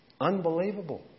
Unbelievable